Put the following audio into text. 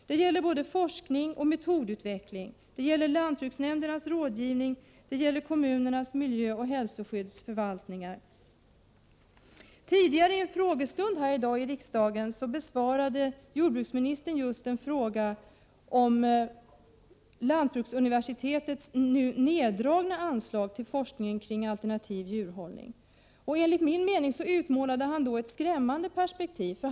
Det gäller både forskning och metodutveckling, lantbruksnämndernas rådgivning och kommunernas miljöoch hälsoskyddsförvaltningar. I en frågestund tidigare i dag i riksdagen besvarade jordbruksministern en fråga om neddragningar av anslag till forskning om alternativ djurhållning vid lantbruksuniversitetet. Enligt min mening utmålade jordbruksministern ett skrämmande perspektiv.